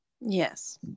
Yes